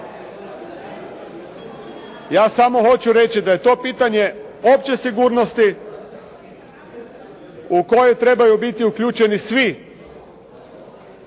ja samo hoću reći da je to pitanje opće sigurnosti u koju trebaju biti uključeni svi